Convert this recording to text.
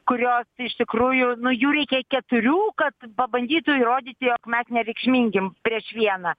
kurios iš tikrųjų nu jų reikia keturių kad pabandytų įrodyti jog mes nereikšmingi prieš vieną